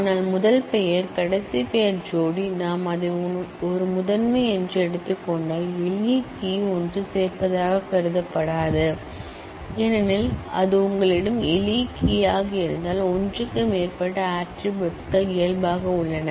ஆனால் முதல் பெயர் கடைசி பெயர் ஜோடி நாம் அதை ஒரு முதன்மை என்று எடுத்துக் கொண்டால் எளிய கீ ஒன்று சேர்ப்பதாக கருதப்படாது ஏனெனில் அது உங்களிடம் எளிய கீ ஆக இருந்தால் ஒன்றுக்கு மேற்பட்ட ஆட்ரிபூட்ஸ் கள் இயல்பாகவே உள்ளன